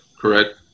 correct